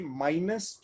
minus